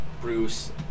Bruce